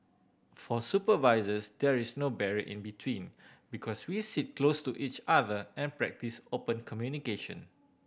for supervisors there is no barrier in between because we sit close to each other and practice open communication